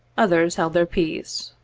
others held their peace.